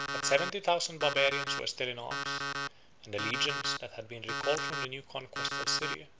but seventy thousand barbarians were still in arms and the legions that had been recalled from the new conquests of syria,